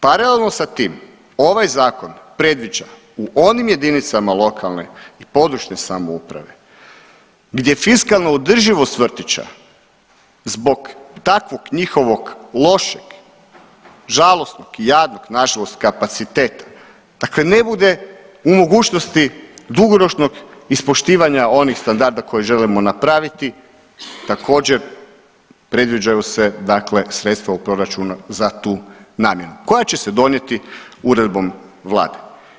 Paralelno sa tim ovaj zakon predviđa u onim jedinicama lokalne i područne samouprave gdje fiskalna održivost vrtića zbog takvog njihovog lošeg, žalosnog i jadnog nažalost kapaciteta dakle ne bude u mogućnosti dugoročnog ispoštivanja onih standarda koje želimo napraviti također predviđaju se dakle sredstva u proračunu za tu namjenu koja će se donijeti uredbom vlade.